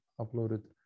uploaded